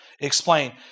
explain